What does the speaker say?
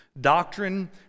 Doctrine